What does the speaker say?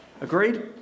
Agreed